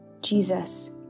Jesus